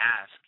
ask